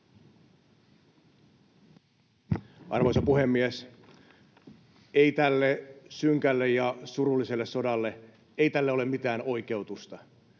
Arvoisa puhemies! Ei tälle synkälle ja surulliselle sodalle, ei tälle ole mitään oikeutusta.